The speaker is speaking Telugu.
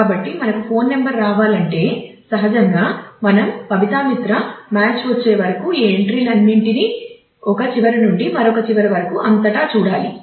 కాబట్టి మనకు ఫోన్ నంబర్ రావాలంటే సహజంగా మనం పబిత్రా మిత్రా మ్యాచ్ వచ్చే వరకు ఈ ఎంట్రీలన్నింటినీ ఒక చివర నుండి మరొక చివర వరకు అంతటా చూడాలి